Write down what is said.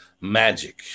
Magic